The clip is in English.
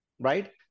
right